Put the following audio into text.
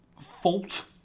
fault